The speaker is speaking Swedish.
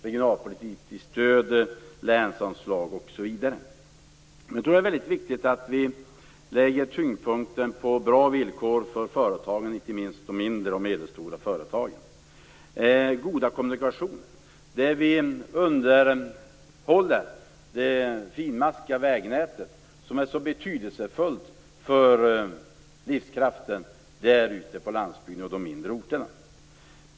Regionalpolitiskt stöd, länsanslag osv. är nog så bra, men jag tror att det är väldigt viktigt att vi lägger tyngdpunkten på bra villkor inte minst för de mindre och medelstora företagen. Goda kommunikationer är viktigt. Vi måste underhålla det finmaskiga vägnätet, som är så betydelsefullt för livskraften på landsbygden och i de mindre orterna.